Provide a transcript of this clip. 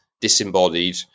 disembodied